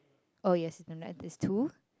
oh yes then that is two